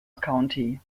county